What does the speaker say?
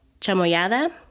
chamoyada